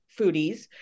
foodies